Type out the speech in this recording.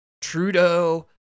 Trudeau